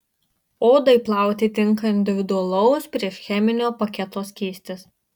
odai plauti tinka individualaus priešcheminio paketo skystis